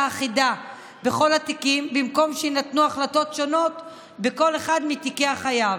אחידה בכל התיקים במקום שיינתנו החלטות שונות בכל אחד מתיקי החייב.